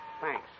Thanks